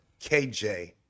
KJ